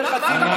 פר חצי מיליון,